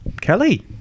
Kelly